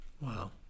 wow